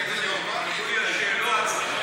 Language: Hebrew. הם יגידו: הם נורמליים?